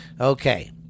okay